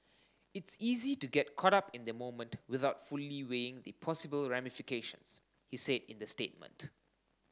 it's easy to get caught up in the moment without fully weighing the possible ramifications he said in the statement